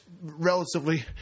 relatively